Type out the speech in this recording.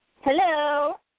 Hello